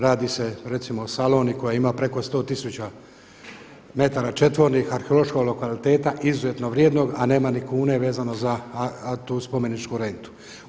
Radi se recimo o Saloni koja ima preko 100 000 metara četvornih arheološkog lokaliteta izuzetno vrijednog, a nema ni kune vezano za tu spomeničku rentu.